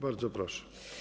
Bardzo proszę.